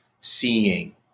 seeing